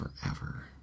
forever